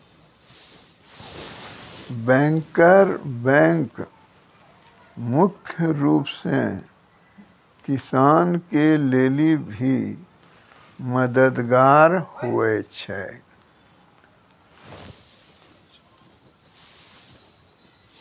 banker bank मुख्य रूप से किसान के लेली भी मददगार हुवै छै